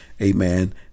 amen